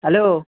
hello